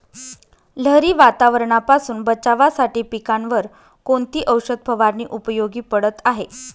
लहरी वातावरणापासून बचावासाठी पिकांवर कोणती औषध फवारणी उपयोगी पडत आहे?